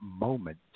moment